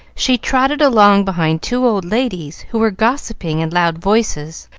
she trotted along behind two old ladies who were gossiping in loud voices,